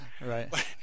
Right